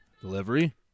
Delivery